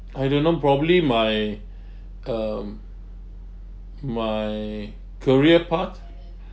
I don't know probably my um my career path